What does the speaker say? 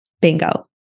Bingo